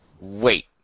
Wait